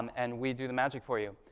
and we do the magic for you.